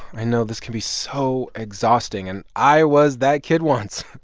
i know this can be so exhausting. and i was that kid once.